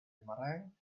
boomerang